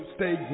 Stay